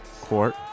court